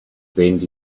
bend